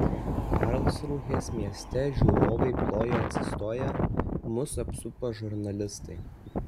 karlsrūhės mieste žiūrovai plojo atsistoję mus apsupo žurnalistai